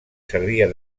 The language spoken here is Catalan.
servia